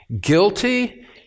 guilty